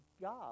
God